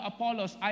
Apollos